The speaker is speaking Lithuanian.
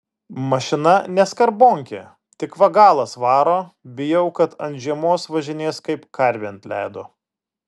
mašina ne skarbonkė tik va galas varo bijau kad ant žiemos važinės kaip karvė ant ledo